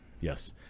Yes